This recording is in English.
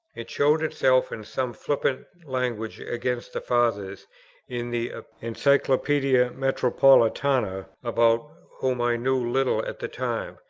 it showed itself in some flippant language against the fathers in the encyclopaedia metropolitana, about whom i knew little at the time,